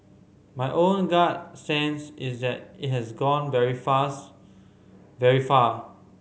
my own gut sense is that it has gone very fast very far